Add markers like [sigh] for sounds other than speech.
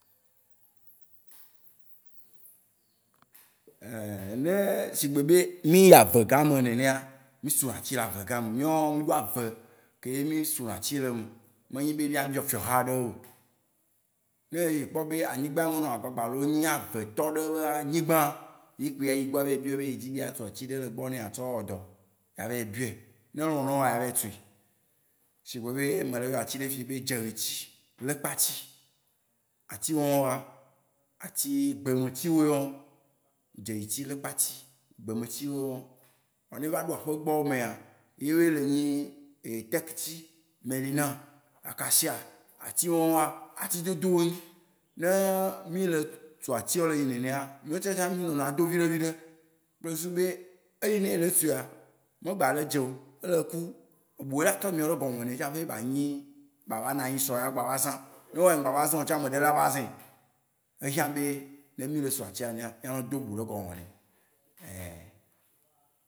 [hesitation] ne shigbe be mí yi avegã me nenea, mí so na atsi le ave gã me. Míawo mí ɖo ave keye mí sona atsi le eme. Menyi be mía biɔ fiɔha ɖe wó oo. Ne ekpɔ be anyigba me nɔa gbagbalo, enyi avetɔ ɖe be anyigba, ye kpoe ayi gbɔ, a vayi biɔɛ be ye dzi be yea tso atsi ɖe le egbɔ ne yea tsɔ wɔ dɔ. Ye avayi biɔɛ. Ne elɔ̃ ne woa, avayi tsui. Shi gbe be mele yɔ atsi ɖe efi be dzeyi tsi, lekpa tsi. Atsi wan wóa, atsi, gbe me tsi wóe wɔn. Dzeyi tsi, lekpa tsi, gbe me tsi wóe wɔn. Vɔa ne eva ɖo aƒe gbɔ wómea, ye wóe le nyi tɛk tsi, melina, accacia, atsi wan wóa, atsi dodo wó nyi. Ne mí le tso atsiawo le yi nenea, mía ŋutɔ tsã mía nɔna edo viɖe viɖe, kple susu be eyi ne ele tsoea, megba le dze oo. Ele ku. Ebu ye la trɔ miò ɖe gɔme nɛ, tsaƒe na nyi- bava na anyi tsɔa, agba va zã. Ne wò ya m'gba va zãe oo tsã, ame ɖe lã va zãe. Ehiã be ne mí le tso atsia, mía nɔ do bu ɖe gɔme ne. [hesitation]